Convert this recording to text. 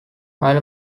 milo